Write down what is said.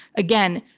again,